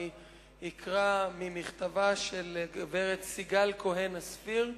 אקרא ממכתבה של גברת סיגל כהן-אספיר,